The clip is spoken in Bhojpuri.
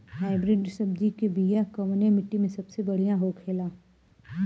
हाइब्रिड सब्जी के बिया कवने मिट्टी में सबसे बढ़ियां होखे ला?